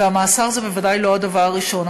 ומאסר זה בוודאי לא הדבר הראשון.